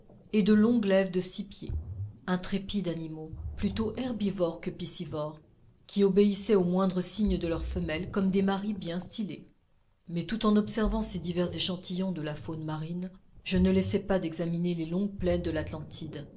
et de longs glaives de six pieds intrépides animaux plutôt herbivores que piscivores qui obéissaient au moindre signe de leurs femelles comme des maris bien stylés mais tout en observant ces divers échantillons de la faune marine je ne laissais pas d'examiner les longues plaines de l'atlantide